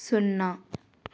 సున్నా